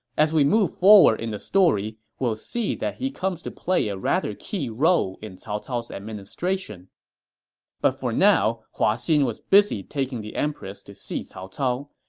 as we move forward in the story, we'll see that he comes to play a rather key role in cao cao's administration but for now, hua xin was busy taking the empress to see cao cao.